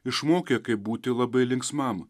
išmokė kaip būti labai linksmam